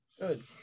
Good